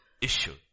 Issue